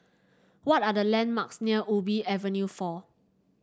what are the landmarks near Ubi Avenue four